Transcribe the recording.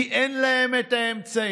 כי אין להם את האמצעים,